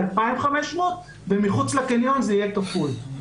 2,500 שקלים ומחוץ לקניון הוא יהיה 5,000 שקלים.